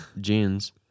jeans